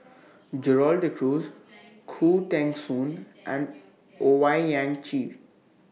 Gerald De Cruz Khoo Teng Soon and Owyang Chi